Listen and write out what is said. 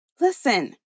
Listen